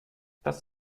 das